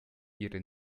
ihre